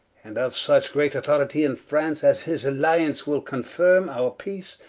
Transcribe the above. and of such great authoritie in france, as his alliance will confirme our peace,